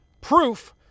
proof